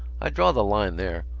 i draw the line there.